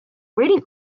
reading